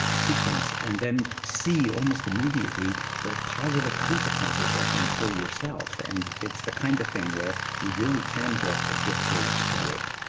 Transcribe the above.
sequence and then see almost immediately the positive consequences of them for yourself and it's the kind of thing where you really can get addicted to it.